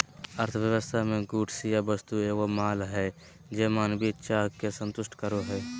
अर्थव्यवस्था मे गुड्स या वस्तु एगो माल हय जे मानवीय चाह के संतुष्ट करो हय